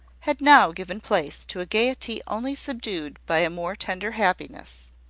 had now given place to a gaiety only subdued by a more tender happiness.